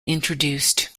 introduced